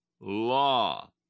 law